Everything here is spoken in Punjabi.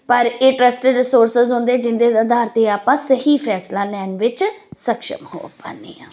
ਪਰ ਇਹ ਟਰਸਟਿਡ ਰਿਸੋਰਸਿਸ ਹੁੰਦੇ ਜਿਹਦੇ ਆਧਾਰ 'ਤੇ ਆਪਾਂ ਸਹੀ ਫੈਸਲਾ ਲੈਣ ਵਿੱਚ ਸਕਸ਼ਮ ਹੋ ਪਾਉਂਦੇ ਹਾਂ